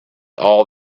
all